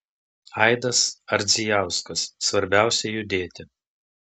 aidas ardzijauskas svarbiausia judėti